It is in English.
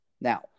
Now